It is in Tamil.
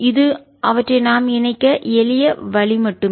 இது அவற்றை நாம் இணைக்க எளிய வழி மட்டுமே